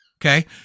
Okay